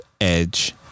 Edge